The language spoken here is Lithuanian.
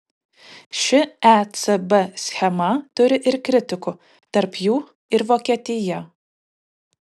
ši ecb schema turi kritikų tarp jų ir vokietija